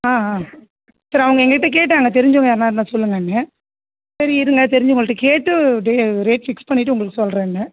ஆ ஆ சரி அவங்க எங்ககிட்ட கேட்டாங்க தெரிஞ்சவங்க யாருன்னா இருந்தால் சொல்லுங்கன்னு சரி இருங்க தெரிஞ்சவங்கள்கிட்ட கேட்டு டே ரேட் ஃபிக்ஸ் பண்ணிவிட்டு உங்களுக்கு சொல்லுறேன்னேன்